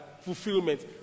fulfillment